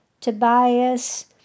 Tobias